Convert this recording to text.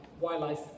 wildlife